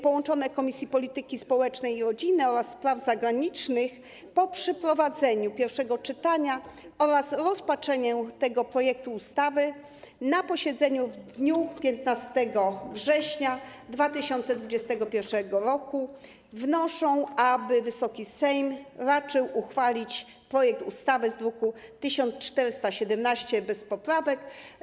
Połączone Komisje: Polityki Społecznej i Rodziny oraz Spraw Zagranicznych po przeprowadzeniu pierwszego czytania oraz rozpatrzeniu tego projektu ustawy na posiedzeniu w dniu 15 września 2021 r. wnoszą, aby Wysoki Sejm raczył uchwalić projekt ustawy z druku nr 1417 bez poprawek.